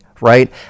right